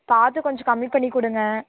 பார்த்து கொஞ்சம் கம்மி பண்ணிக் கொடுங்க